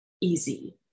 easy